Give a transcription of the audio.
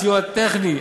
סיוע טכני,